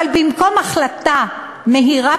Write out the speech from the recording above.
אבל במקום החלטה מהירה,